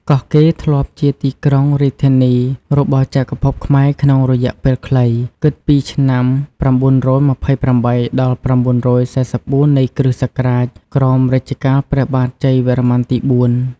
កោះកេរធ្លាប់ជាទីក្រុងរាជធានីរបស់ចក្រភពខ្មែរក្នុងរយៈពេលខ្លី គិតពីឆ្នាំ ៩២៨ ដល់ ៩៤៤ នៃគ.ស. ក្រោមរជ្ជកាលព្រះបាទជ័យវរ្ម័នទី ៤។